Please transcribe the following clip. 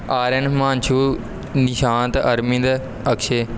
Aryan Himanshu Nishant Arvind Akshay